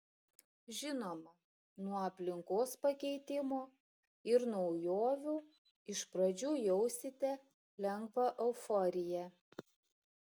žinoma nuo aplinkos pakeitimo ir naujovių iš pradžių jausite lengvą euforiją